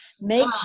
Make